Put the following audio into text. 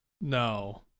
No